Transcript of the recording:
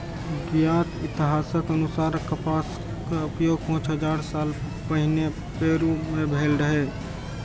ज्ञात इतिहासक अनुसार कपासक उपयोग पांच हजार साल पहिने पेरु मे भेल रहै